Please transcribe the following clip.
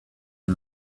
who